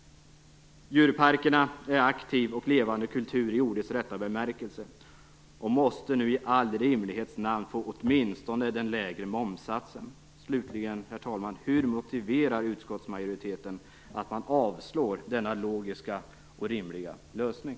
Djurparkerna är aktiv och levande kultur i ordets rätta bemärkelse och måste nu i rimlighetens namn åtminstone få den lägre momssatsen. Herr talman! Slutligen: Hur motiverar utskottsmajoriteten att man avstyrker denna logiska och rimliga lösning?